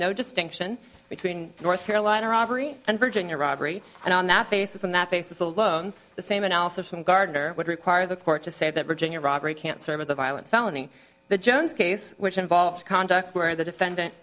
no distinction between north carolina robbery and virginia robbery and on that basis on that basis alone the same analysis from gardner would require the court to say that virginia robbery can serve as a violent felony the jones case which involves conduct where the defendant